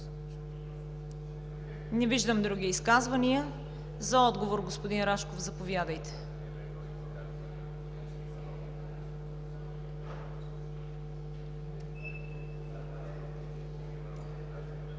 Не виждам други изказвания. За отговор – господин Рашков, заповядайте. БОЙКО